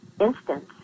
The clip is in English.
instance